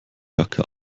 jacke